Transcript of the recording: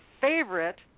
favorite